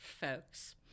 folks